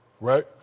right